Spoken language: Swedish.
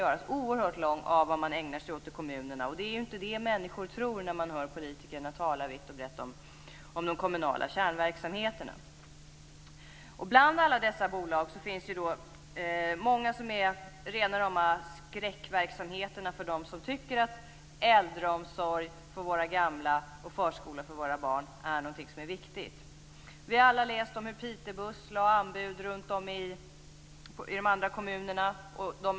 Listan över vad man i kommunerna ägnar sig åt kan göras oerhört lång men det är inte det som människor tror när politikerna vitt och brett hörs tala om de kommunala kärnverksamheterna. Bland alla dessa bolag finns det många som är rena rama skräckverksamheterna för dem som tycker att äldreomsorg för våra gamla och förskola för våra barn är viktiga saker. Vi har alla läst om hur Pitebuss lagt anbud runtom i kommunerna.